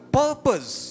purpose